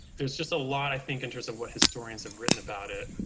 there's just a lot, i think, in terms of what historians have written about it.